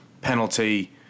Penalty